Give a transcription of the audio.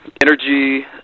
energy